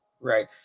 Right